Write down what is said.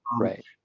Right